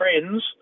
friends